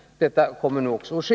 Detta kommer nu att ske.